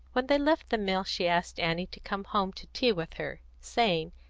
when they left the mill she asked annie to come home to tea with her, saying,